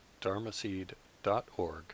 dharmaseed.org